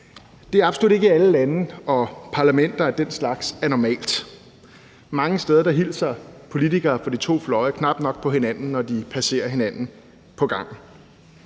Det er absolut ikke i alle lande og parlamenter, at den slags er normalt. Mange steder hilser politikere fra de to fløje knap nok på hinanden, når de passerer hinanden på gangene.